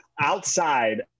Outside